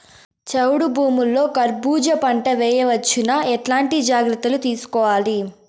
చౌడు భూముల్లో కర్బూజ పంట వేయవచ్చు నా? ఎట్లాంటి జాగ్రత్తలు తీసుకోవాలి?